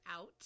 out